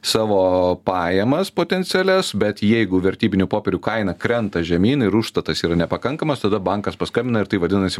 savo pajamas potencialias bet jeigu vertybinių popierių kaina krenta žemyn ir užstatas yra nepakankamas tada bankas paskambina ir tai vadinasi